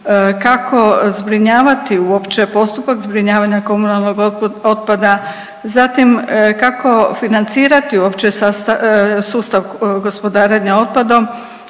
kako zbrinjavati uopće, postupak zbrinjavanja komunalnog otpada, zatim kako financirati uopće sustav gospodarenja otpadom,